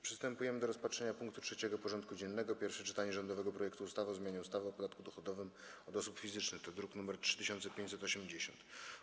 Przystępujemy do rozpatrzenia punktu 3. porządku dziennego: Pierwsze czytanie rządowego projektu ustawy o zmianie ustawy o podatku dochodowym od osób fizycznych (druk nr 3580)